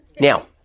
Now